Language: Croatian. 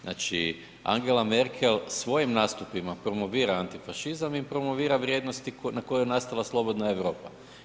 Znači Angela Merkel svojim nastupima promovira antifašizam i promovira vrijednosti na kojima je nastala slobodna Europa.